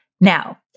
Now